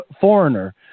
foreigner